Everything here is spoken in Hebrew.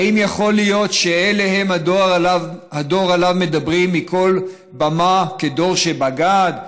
"האם יכול להיות שאלה הם הדור שעליו מדברים מכל במה כדור שבגד,